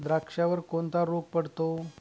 द्राक्षावर कोणता रोग पडतो?